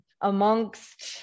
amongst